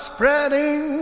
Spreading